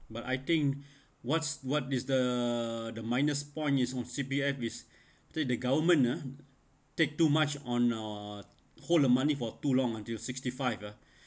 but I think what's what is the the minus point is on C_P_F is the government ah take too much on uh whole money for too long until sixty five ah